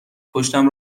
پشتم